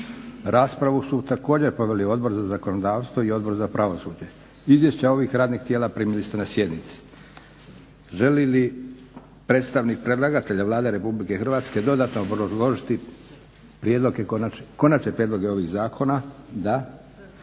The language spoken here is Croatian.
Raspravu su također proveli Odbor za zakonodavstvo i Odbor za pravosuđe. Izvješća ovih radnih tijela primili ste na sjednici. Želi li predstavnik predlagatelje Vlade Republike Hrvatske dodatno obrazložiti konačne prijedloge ovih zakona? Da.